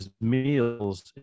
meals